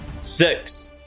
six